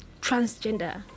transgender